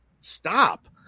stop